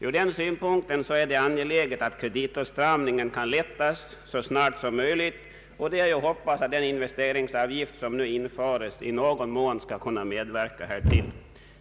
Från den synpunkten är det angeläget att kreditåtstramningen kan lättas så snart som möjligt, och det är att hoppas att den investeringsavgift som nu införes i någon mån skall kunna medverka därtill.